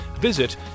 visit